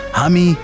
hami